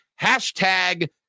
Hashtag